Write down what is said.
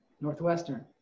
Northwestern